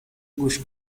گوش